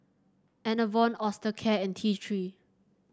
Enervon Osteocare and T Three